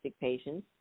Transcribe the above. patients